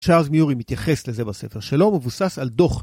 צ'ארלס מיורי מתייחס לזה בספר שלו, מבוסס על דוח.